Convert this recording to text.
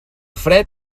fred